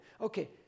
Okay